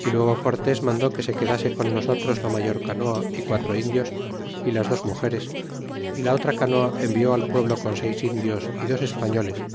y luego cortés mandó que se quedase con nosotros la mayor canoa y quatro indios y las dos mugeres y la otra canoa envió al pueblo con seis indios y dos españoles